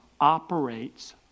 operates